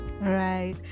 right